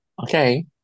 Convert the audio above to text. Okay